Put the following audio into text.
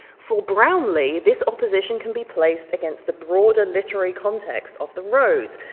for brownlee, this opposition can be placed against the broader literary context of the rose,